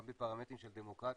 גם בפרמטרים של דמוקרטיה,